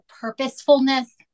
purposefulness